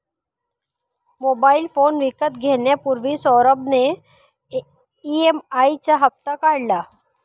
mobile phone विकत घेण्यापूर्वी सौरभ ने ई.एम.आई चा हप्ता काढला